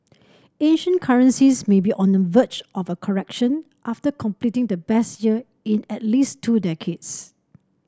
Asian currencies may be on the verge of a correction after completing the best year in at least two decades